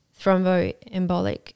thromboembolic